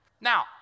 Now